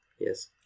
Yes